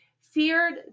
feared